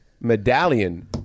medallion